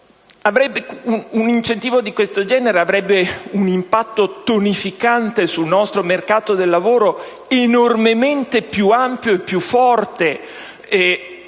Un incentivo di questo genere avrebbe un impatto tonificante sul nostro mercato del lavoro enormemente più ampio e più forte